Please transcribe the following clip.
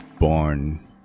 born